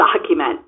document